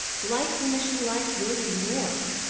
like him as she liked william yorke!